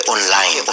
Online